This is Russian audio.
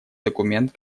документ